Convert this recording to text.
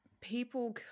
people